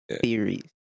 theories